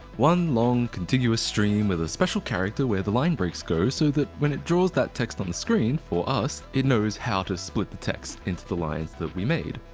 one long contiguous stream with a special character where the line breaks go so that when it draws that text on the screen for us, it knows how to split the text into the lines we made.